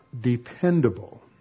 dependable